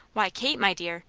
why, kate, my dear,